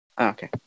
Okay